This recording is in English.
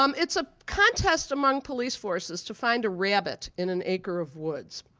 um it's a contest among police forces to find a rabbit in an acre of woods.